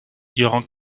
durant